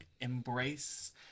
embrace